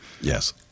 Yes